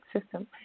system